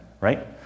right